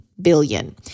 Billion